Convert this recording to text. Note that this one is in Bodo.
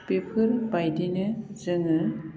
बेफोरबायदिनो जोङो